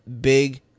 big